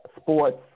sports